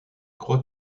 croix